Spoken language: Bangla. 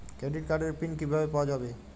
ক্রেডিট কার্ডের পিন কিভাবে পাওয়া যাবে?